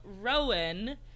Rowan